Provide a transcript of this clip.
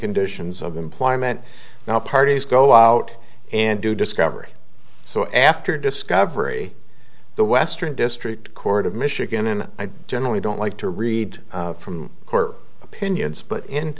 conditions of employment now parties go out and do discovery so after discovery the western district court of michigan and i generally don't like to read from court opinions but in